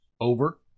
over